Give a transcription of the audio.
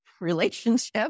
relationship